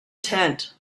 tent